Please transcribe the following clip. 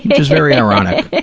is very ironic.